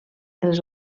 els